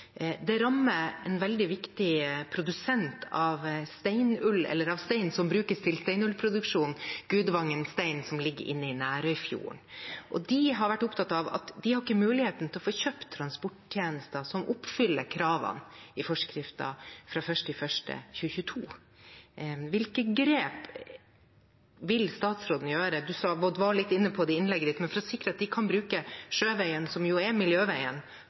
Det rammer en veldig viktig produsent av stein som brukes til steinullproduksjon, Gudvangen Stein, som ligger inne i Nærøyfjorden. De har vært opptatt av at de har ikke mulighet til å få kjøpt transporttjenester som oppfyller kravene i forskriften fra 1. januar 2022. Hvilke grep vil statsråden gjøre – han var litt inne på det i innlegget sitt – for å sikre at de kan bruke sjøveien, som jo er miljøveien,